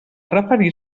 referir